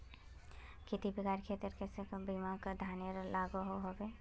खेती बिगहा खेतेर केते कतेरी बासमती धानेर लागोहो होबे?